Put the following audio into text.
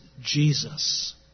Jesus